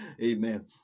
amen